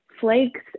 flakes